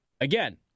Again